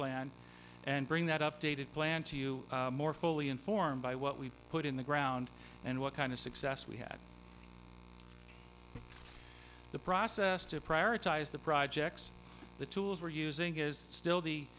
plan and bring that updated plan to you more fully informed by what we've put in the ground and what kind of success we had the process to prioritize the projects the tools were using is still the